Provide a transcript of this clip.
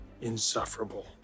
insufferable